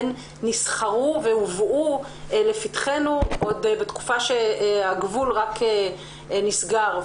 הן נסחרו והובאו לפתחנו עוד בתקופה שהגבול רק נסגר.